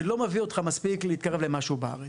זה לא מביא אותך מספיק להתקרב למשהו בארץ.